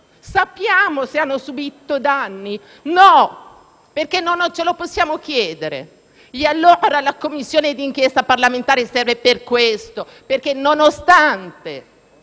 Sappiamo se hanno subito danni? No, perché non ce lo possiamo chiedere. La Commissione di inchiesta parlamentare serve quindi a questo, perché nonostante